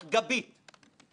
אני אומר את זה, רועי פולקמן,